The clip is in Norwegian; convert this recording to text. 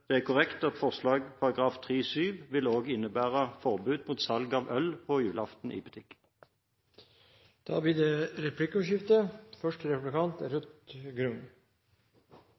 det er korrekt at forslaget om ny § 3-7 også vil innebære forbud mot salg av øl i butikk på julaften. Det blir replikkordskifte. Det